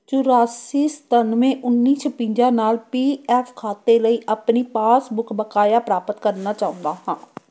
ਚੌਰਾਸੀ ਸਤੱਨਵੇ ਉੱਨੀ ਛਪੰਜਾ ਨਾਲ ਪੀ ਐਫ ਖਾਤੇ ਲਈ ਆਪਣੀ ਪਾਸਬੁੱਕ ਬਕਾਇਆ ਪ੍ਰਾਪਤ ਕਰਨਾ ਚਾਹੁੰਦਾ ਹਾਂ